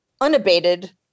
unabated